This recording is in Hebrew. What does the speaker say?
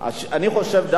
אני חושב דווקא,